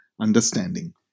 understanding